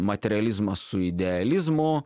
materializmas su idealizmu